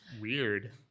weird